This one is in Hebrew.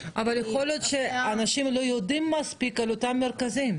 היא --- אבל יכול להיות שאנשים לא יודעים מספיק על אותם מרכזים.